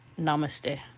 Namaste